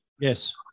Yes